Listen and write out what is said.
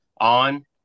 on